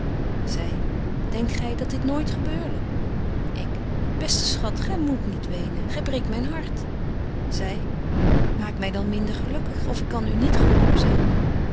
zy denkt gy dat dit nooit gebeurde ik beste schat gy moet niet wenen gy breekt myn hart zy maak my dan minder gelukkig of ik kan u niet gehoorzamen